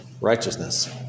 righteousness